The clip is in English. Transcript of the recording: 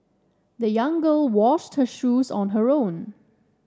the young girl washed her shoes on her own